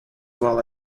well